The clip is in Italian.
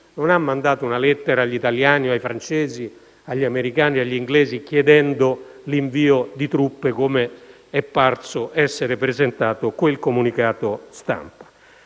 non ha mandato una lettera agli italiani, ai francesi, agli americani o agli inglesi chiedendo l'invio di truppe, come è parso essere presentato quel comunicato stampa.